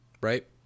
right